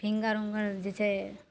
finger उन्गर जे छै